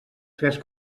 tres